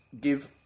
give